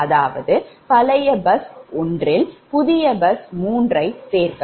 அதாவது பழைய பஸ் 1 இல் புதிய பஸ் 3 யை சேர்க்கவும்